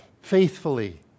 faithfully